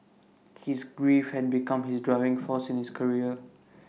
his grief had become his driving force in his career